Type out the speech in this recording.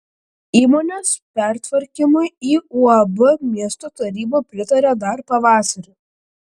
įmonės pertvarkymui į uab miesto taryba pritarė dar pavasarį